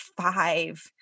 five